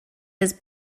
his